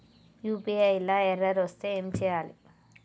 UPI లా error వస్తే ఏం చేయాలి?